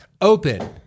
open